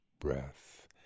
breath